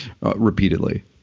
repeatedly